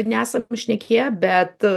nesam šnekėję bet